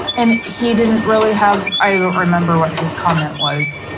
and he didn't really have, i don't remember what his comment was.